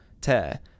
tear